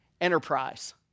enterprise